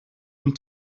een